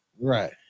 Right